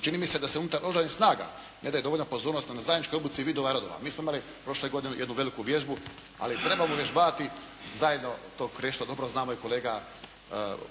čini mi se da se unutar Oružanih snaga ne daje dovoljna pozornost na zajedničkoj obuci vidova i rodova. Mi smo imali prošle godine jednu veliku vježbu, ali trebamo uvježbavati zajedno, to Krešo dobro zna, moj kolega